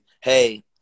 hey